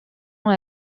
elle